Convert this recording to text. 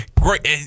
Great